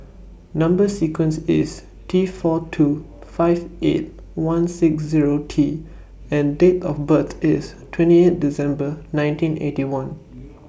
Number sequence IS T four two five eight one six Zero T and Date of birth IS twenty eight December nineteen Eighty One